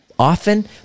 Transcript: Often